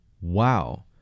Wow